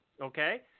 okay